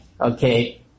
Okay